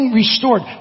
restored